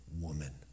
woman